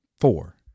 Four